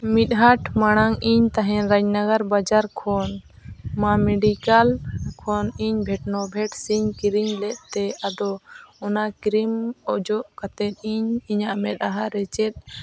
ᱢᱤᱫ ᱦᱟᱴ ᱢᱟᱲᱟᱝ ᱤᱧ ᱛᱟᱦᱮᱱ ᱨᱟᱡᱽᱱᱚᱜᱚᱨ ᱵᱟᱡᱟᱨ ᱠᱷᱚᱱ ᱢᱟ ᱢᱮᱰᱤᱠᱮᱞ ᱠᱷᱚᱱ ᱤᱧ ᱵᱷᱤᱴᱱᱟᱹ ᱵᱷᱤᱴ ᱥᱤ ᱠᱤᱨᱤᱧ ᱞᱮᱫ ᱛᱮ ᱟᱫᱚ ᱚᱱᱟ ᱠᱨᱤᱢ ᱚᱡᱚᱜ ᱠᱟᱛᱮᱫ ᱤᱧ ᱤᱧᱟᱹᱜ ᱢᱮᱫᱦᱟ ᱨᱮ ᱪᱮᱫ